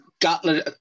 Gatlin